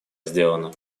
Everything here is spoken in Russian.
сделано